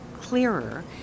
clearer